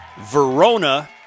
Verona